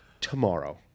tomorrow